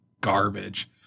garbage